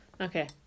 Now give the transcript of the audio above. okay